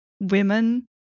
women